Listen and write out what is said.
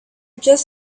just